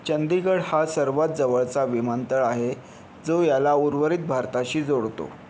चंदीगड हा सर्वात जवळचा विमानतळ आहे जो याला उर्वरित भारताशी जोडतो